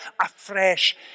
afresh